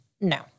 no